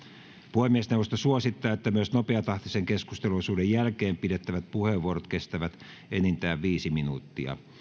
puhemiesneuvosto suosittaa että myös nopeatahtisen keskusteluosuuden jälkeen pidettävät puheenvuorot kestävät enintään viisi minuuttia